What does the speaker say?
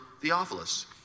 Theophilus